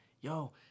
yo